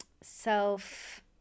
self